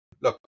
look